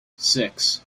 six